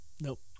Nope